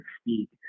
speak